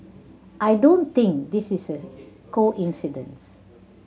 I don't think this is a coincidence